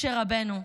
משה רבנו,